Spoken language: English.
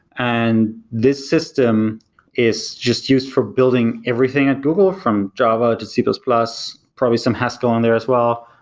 and this system is just used for building everything at google, from java, to c plus plus, probably some haskell in there as well,